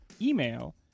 Email